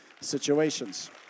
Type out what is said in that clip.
situations